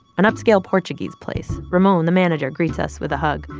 an upscale portuguese place. ramon, the manager, greets us with a hug.